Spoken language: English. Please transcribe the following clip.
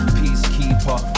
peacekeeper